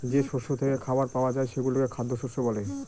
যে শস্য থেকে খাবার পাওয়া যায় সেগুলোকে খ্যাদ্যশস্য বলে